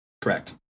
correct